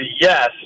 yes